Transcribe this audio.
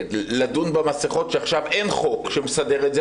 לדון במסיכות כשעכשיו אין חוק שמסדר את זה.